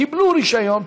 קיבלו רישיון,